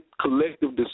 collective